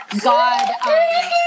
God